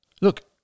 Look